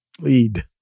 Lead